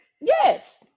Yes